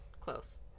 Close